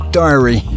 diary